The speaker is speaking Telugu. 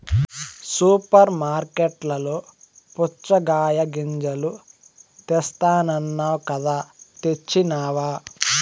సూపర్ మార్కట్లలో పుచ్చగాయ గింజలు తెస్తానన్నావ్ కదా తెచ్చినావ